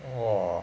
!wah!